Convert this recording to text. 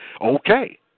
okay